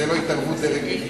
זו לא התערבות דרג מדיני?